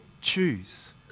choose